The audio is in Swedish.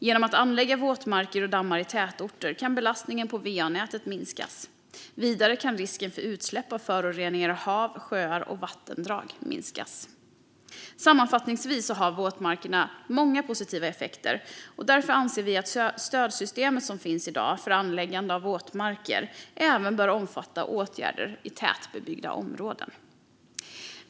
Genom att anlägga våtmarker och dammar i tätorter kan belastningen på va-nätet minskas. Vidare kan risken för utsläpp av föroreningar i hav, sjöar och vattendrag minskas. Sammanfattningsvis har våtmarkerna många positiva effekter. Därför anser vi att det stödsystem som finns i dag för anläggande av våtmarker även bör omfatta åtgärder i tätbebyggda områden.